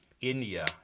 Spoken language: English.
India